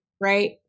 Right